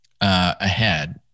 ahead